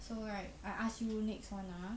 so right I ask you next one ah